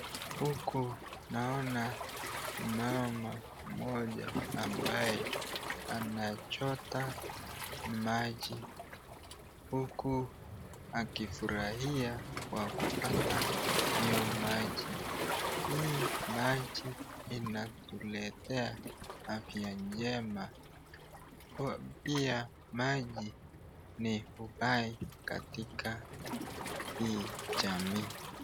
Huku naona mama mmoja ambaye anashota maji, huku akifurahia kwa kupata hiyo maji .Hii maji inatuletea afya njema, pia maji ni uhai katika hii jamii.